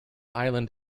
island